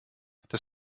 das